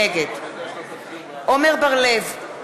נגד עמר בר-לב,